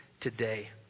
today